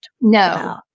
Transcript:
no